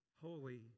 holy